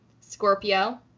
Scorpio